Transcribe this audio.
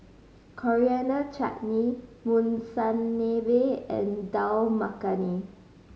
Coriander Chutney Monsunabe and Dal Makhani